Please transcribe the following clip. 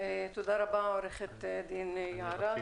תודה רבה, עורכת הדין יערה.